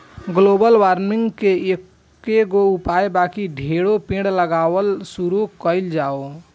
global warming के एकेगो उपाय बा की ढेरे पेड़ लगावल शुरू कइल जाव